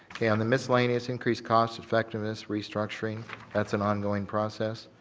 okay, on the miscellaneous increase cost effect in this restructuring that's an ongoing process.